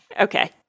Okay